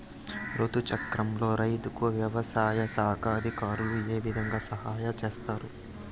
రుతు చక్రంలో రైతుకు వ్యవసాయ శాఖ అధికారులు ఏ విధంగా సహాయం చేస్తారు?